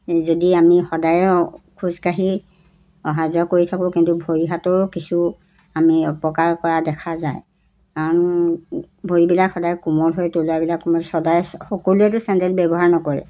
যদি আমি সদায় খোজ কাঢ়ি অহা যোৱা কৰি থাকোঁ কিন্তু ভৰি হাতৰো কিছু আমি অপকাৰ কৰা দেখা যায় কাৰণ ভৰিবিলাক সদায় কোমল হৈ তলোৱাবিলাক সদায় সকলোৱেটো চেণ্ডেল ব্যৱহাৰ নকৰে